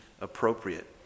appropriate